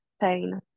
pain